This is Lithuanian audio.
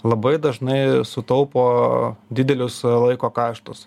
labai dažnai sutaupo didelius laiko kaštus